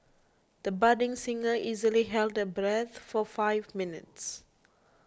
the budding singer easily held her breath for five minutes